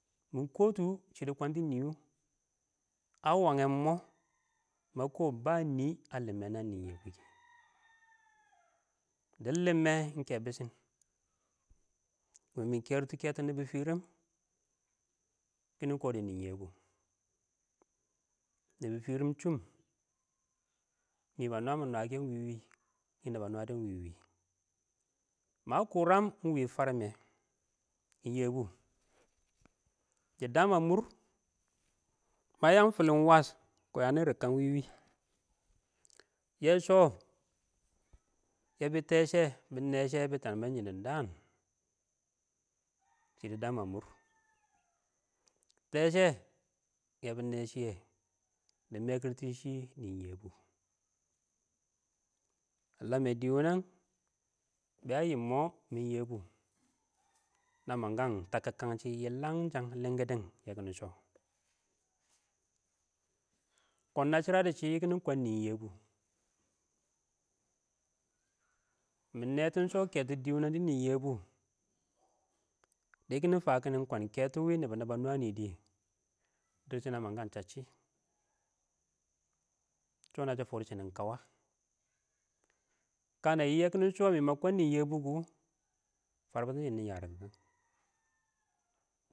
mɪ kɔɔntʊ shɪ dɪ kɔntɔ nɪ wʊ ə wənghe ɪng mɔɔ mə kɔɔh bə nɪɪ ə lɪmme nəng nɪn yebʊ kɪ dɪ lɪmme ɪng kɛ bɪshɪn mɪ mɪ kerɪtʊ nɪbɪ fɪrɪm chʊm nɪ bə nwəmɪn nwə kɛ ɪng wɪ-wɪ mə kʊrəm ɪng wɪ fərmɛ ɪng yebʊ dɪ dəəm ə mʊr, mə yəng fɪlɪn wəs kɔn yəə nɪ rɪkən wɪ-wɪ yɛ bɪ təngbɪsɪn dɪɪ dəən shɪ dɪ dəəm ə mʊr, teshɛ yɛbɪ nɛ shɪyɛ dɪ mɛ kɪrtɪn shɪ, nɪɪn yebʊ ə ləmə dɪɪ wɪ nɛn, bɛ ə yɪm ɪng mɔ ɪng yebʊ nə məng kən tə kɪrəngshɪ yɪləngshən lɪgɪdən yɛ nɪ shɔ kɔn nə shɪrədɔ shɪ kɪ nɪ kɔɔn yebʊ, mɪ nɛtɪn shɔ kɛtɛ dɪ kɪnɪ kɔɔn kɛtʊ wɪnɪ bɔ bə nwɛnɪ dɪ dʊrshɪn ə mən kəm chasshɪ shɔ nə shɪ fərkɔtʊ shɪ nɪn kəwə, kə mɪ nɪ yɛkɪnɪ shɔ mɪ mɪ kɔɔn nɪɪn yebʊ kʊ fərbɪtɪn shɪn nɪ yə rɪkən